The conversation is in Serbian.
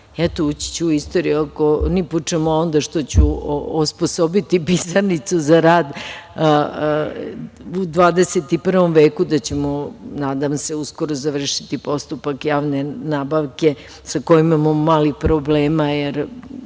Eto, ući ću u istoriju, ako ni po čemu drugom, onda što ću osposobiti pisarnicu za rad u 21. veku. Nadam se da ćemo uskoro završiti postupak javne nabavke sa kojim imamo malih problema. Kažem,